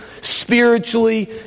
spiritually